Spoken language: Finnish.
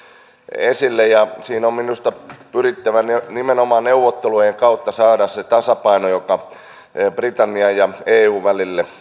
esille ja siinä on on minusta pyrittävä siihen että nimenomaan neuvottelujen kautta saadaan syntymään se tasapaino britannian ja eun välille